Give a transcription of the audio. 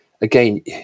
again